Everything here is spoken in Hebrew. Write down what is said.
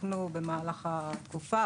שתוקנו במהלך התקופה.